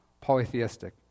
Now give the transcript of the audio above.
polytheistic